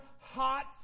hot